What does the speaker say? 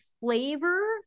flavor